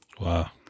Wow